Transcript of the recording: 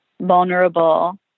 vulnerable